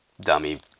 dummy